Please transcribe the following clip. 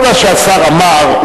כל מה שהשר אמר,